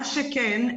מה שכן,